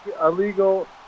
illegal –